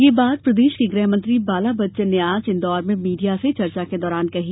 यह बात प्रदेश के गृहमंत्री बाला बच्चन ने आज इंदौर में मीडिया से चर्चा के दौरान कही